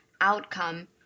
outcome